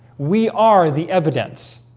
we are the evidence